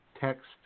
text